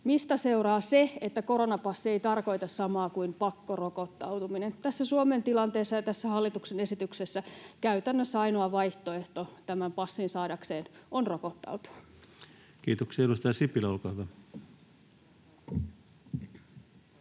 mistä seuraa se, että koronapassi ei tarkoita samaa kuin pakkorokottautuminen. Tässä Suomen tilanteessa ja tässä hallituksen esityksessä käytännössä ainoa vaihtoehto tämän passin saadakseen on rokottautua. Kiitoksia. — Edustaja Sipilä, olkaa hyvä.